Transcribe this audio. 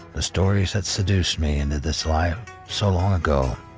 the stories that seduced me into this life so long ago.